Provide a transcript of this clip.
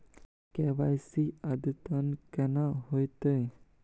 KYC अद्यतन केना होतै?